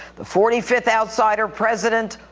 the forty fifth outsider president,